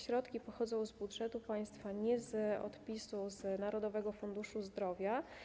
Środki te pochodzą z budżetu państwa, a nie z odpisu z Narodowego Funduszu Zdrowia.